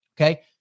Okay